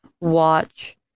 watch